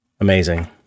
Amazing